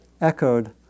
echoed